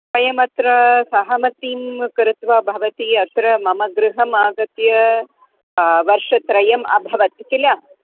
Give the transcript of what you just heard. वयमत्र सहमतीं कृत्वा भवति अत्र मम गृहम् आगत्य वर्षत्रयम् अभवत् किल